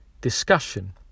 discussion